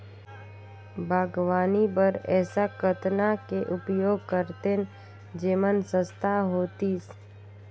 बागवानी बर ऐसा कतना के उपयोग करतेन जेमन सस्ता होतीस?